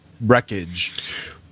wreckage